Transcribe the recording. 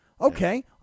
Okay